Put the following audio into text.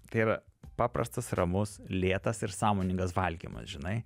tai yra paprastas ramus lėtas ir sąmoningas valgymas žinai